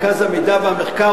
מרכז המידע והמחקר,